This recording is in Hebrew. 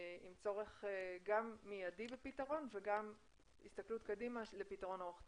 עם צורך גם מיידי בפתרון וגם בהסתכלות קדימה לפתרון ארוך טווח.